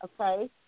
okay